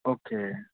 okay